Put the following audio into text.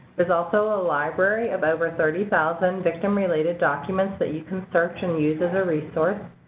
there's also a library of over thirty thousand victim-related documents that you can search and use as a resource.